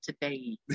today